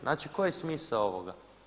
Znači koji je smisao ovoga?